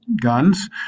guns